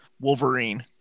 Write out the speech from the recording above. Wolverine